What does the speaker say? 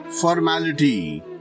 formality